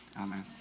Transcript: Amen